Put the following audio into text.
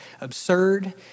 absurd